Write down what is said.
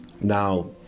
Now